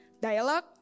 dialogue